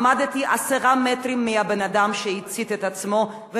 עמדתי עשרה מטרים מהבן-אדם שהצית את עצמו,